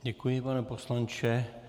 Děkuji, pane poslanče.